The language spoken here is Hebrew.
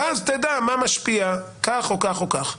אז תדע מה משפיע כך או כך או כך.